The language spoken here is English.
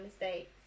mistakes